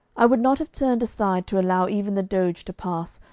i would not have turned aside to allow even the doge to pass,